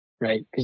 right